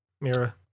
Mira